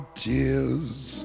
tears